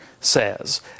says